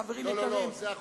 לא לא, זה החוק קובע.